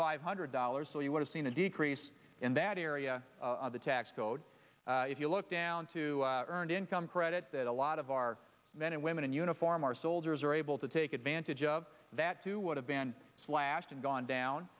five hundred dollars so you would have seen a decrease in that area of the tax code if you look down to earned income credit that a lot of our men and women in uniform our soldiers are able to take advantage of that too would have been slashed and gone down